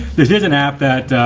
this is an app that